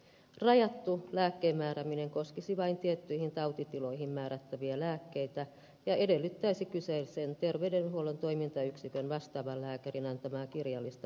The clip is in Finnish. rajattu lääkkeen määrääminen koskisi vain tiettyihin tautitiloihin määrättäviä lääkkeitä ja edellyttäisi kyseisen terveydenhuollon toimintayksikön vastaavan lääkärin antamaa kirjallista määräystä